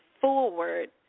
forward